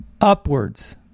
upwards